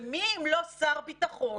ומי אם לא שר ביטחון,